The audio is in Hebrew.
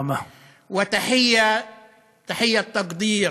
(אומר דברים בשפה הערבית,